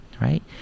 right